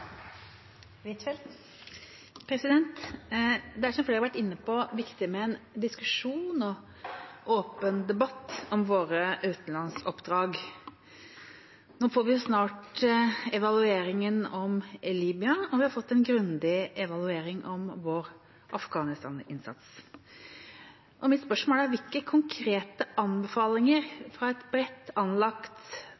som flere har vært inne på, viktig med en diskusjon og åpen debatt om våre utenlandsoppdrag. Nå får vi snart evalueringen om Libya, og vi har fått en grundig evaluering om vår Afghanistan-innsats. Mitt spørsmål er: Hvilke konkrete anbefalinger